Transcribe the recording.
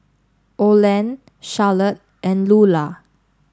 Olan Charlotte and Lulah